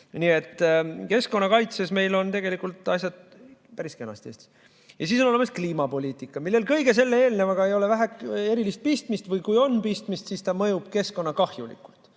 Nii et keskkonnakaitses meil on tegelikult asjad Eestis päris kenasti. Ja siis on olemas kliimapoliitika, millel kõige selle eelnevaga ei ole erilist pistmist või kui on pistmist, siis ta mõjub keskkonnakahjulikult.